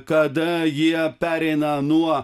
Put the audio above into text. kada jie pereina nuo